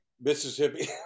Mississippi